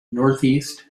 northeast